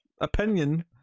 opinion